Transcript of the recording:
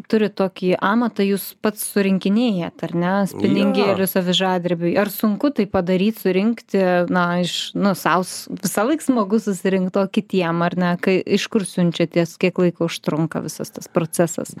turit tokį amatą jūs pats surinkinėjat ar ne spiningėlius avižadrebiui ar sunku tai padaryt surinkti na iš nu sau s visąlaik smagu susirinkt o kitiem ar ne kai iš kur siunčiatės kiek laiko užtrunka visas tas procesas